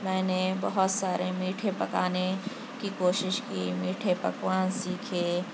میں نے بہت سارے میٹھے پکانے کی کوشش کی میٹھے پکوان سیکھے